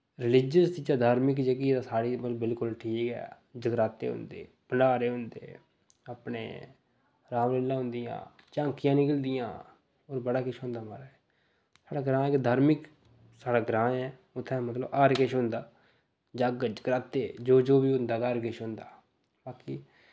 religious च ते धार्मिक जेह्की साढ़ी बिलकुल ठीक ऐ जगराते होंदे भंडारे होंदे अपने रामलीला होन्दियां झांकियां निकलदियां होर बड़ा किश होंदा महाराज साढ़ा ग्रांऽ इक धार्मिक साढ़ा ग्रांऽ ऐ उत्थैं मतलब हर किश होंदा जग्ग जगराते जो जो बी होंदा हर किश होंदा बाकी